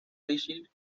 research